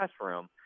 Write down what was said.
classroom